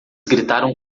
gritaram